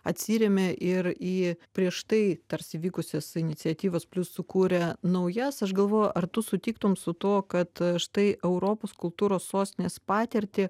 atsirėmė ir į prieš tai tarsi vykusias iniciatyvas plius sukūrė naujas aš galvoju ar tu sutiktum su tuo kad štai europos kultūros sostinės patirtį